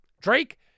Drake